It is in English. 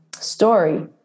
story